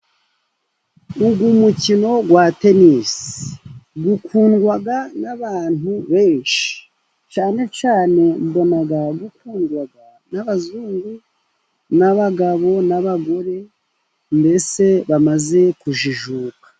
Uyu mukino wa tenisi ukundwa n'abantu benshi. Cyane cyane mbona ukundwa n'abazungu, n'abagabo n'abagore, mbese bamaze kujijuka.